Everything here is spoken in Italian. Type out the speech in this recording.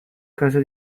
casa